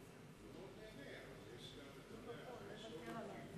אבל יש עוד דוברים.